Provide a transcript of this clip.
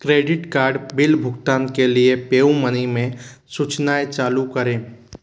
credit card bill भुगतान के लिए पेयू मनी में सूचनाएँ चालू करें